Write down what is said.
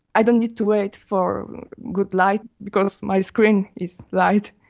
i don't need to wait for good light because my screen is light.